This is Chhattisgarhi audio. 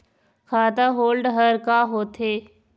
खाता होल्ड हर का होथे?